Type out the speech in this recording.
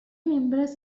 members